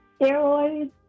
steroids